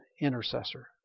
intercessor